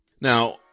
Now